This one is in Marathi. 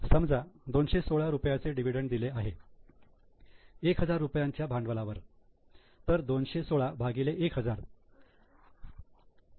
समजा 216 रुपयाचे डिव्हिडंड दिले आहे 1000 रुपयांच्या भांडवलावर तर 216 भागिले 1000 2161000